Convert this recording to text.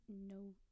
no